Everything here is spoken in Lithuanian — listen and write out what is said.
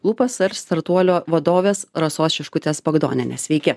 lupasearch startuolio vadovės rasos šiškutės bagdonienės sveiki